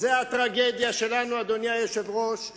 זה הטרגדיה שלנו, אדוני היושב-ראש.